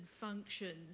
functions